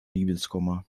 liebeskummer